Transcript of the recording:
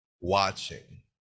watching